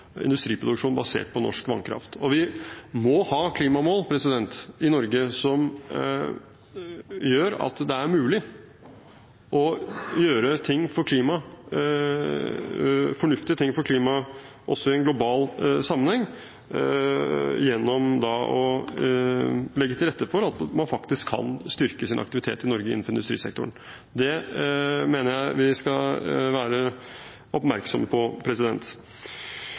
industriproduksjon, industriproduksjon basert på norsk vannkraft. Vi må ha klimamål i Norge som gjør at det er mulig å gjøre fornuftige ting for klimaet også i en global sammenheng, gjennom å legge til rette for at man faktisk kan styrke sin aktivitet i Norge innenfor industrisektoren. Det mener jeg vi skal være oppmerksomme på.